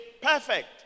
perfect